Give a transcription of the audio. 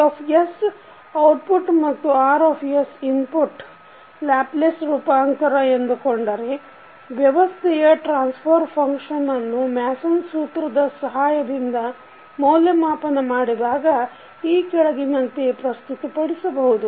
C output ಮತ್ತು R input Laplace ರೂಪಾಂತರ ಎಂದುಕೊಂಡರೆ ವ್ಯವಸ್ಥೆಯ ಟ್ರಾನ್ಸಫರ್ ಫಂಕ್ಷನ್ ಅನ್ನು ಮ್ಯಾಸನ್ ಸೂತ್ರ Mason's rule ಸಹಾಯದಿಂದ ಮೌಲ್ಯಮಾಪನ ಮಾಡಿದಾಗ ಈ ಕೆಳಗಿನಂತೆ ಪ್ರಸ್ತುತಪಡಿಸಬಹುದು